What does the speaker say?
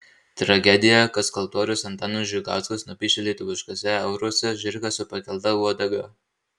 tragedija kad skulptorius antanas žukauskas nupiešė lietuviškuose euruose žirgą su pakelta uodega